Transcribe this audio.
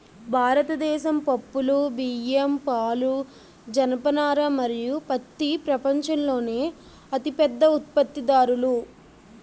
భారతదేశం పప్పులు, బియ్యం, పాలు, జనపనార మరియు పత్తి ప్రపంచంలోనే అతిపెద్ద ఉత్పత్తిదారులు